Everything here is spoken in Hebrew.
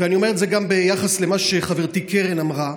ואני אומר את זה גם ביחס למה שחברתי קרן אמרה: